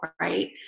right